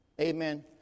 Amen